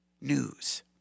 news